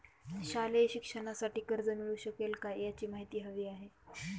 शालेय शिक्षणासाठी कर्ज मिळू शकेल काय? याची माहिती हवी आहे